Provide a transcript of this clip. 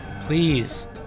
Please